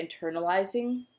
internalizing